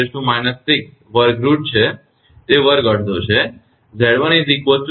01×10−6 વર્ગ રુટ છે